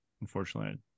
unfortunately